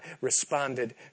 responded